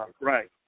Right